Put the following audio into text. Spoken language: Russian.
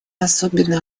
особенно